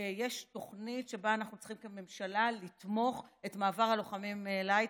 יש תוכנית שבה אנחנו צריכים כממשלה לתמוך במעבר הלוחמים להייטק.